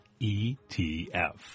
ETF